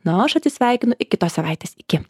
na o aš atsisveikinu iki kitos savaitės iki